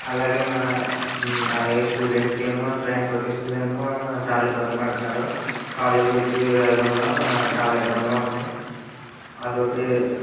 అలాగే మా అలాగే స్టూడెంట్స్కేమో ట్రాన్స్పోర్ట్ విషయంలో ఏమో చాలా ఇబ్బంది పడుతున్నారు కాలేజీకి వచ్చి వెళ్ళడంలో చాలా ఇబ్బందిగా ఉంది అదోటి